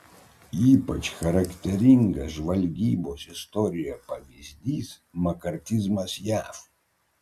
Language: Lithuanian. ypač charakteringas žvalgybos istorijoje pavyzdys makartizmas jav